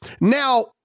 Now